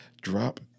Drop